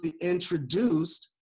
introduced